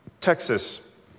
Texas